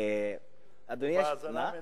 הוא בהאזנה מלאה.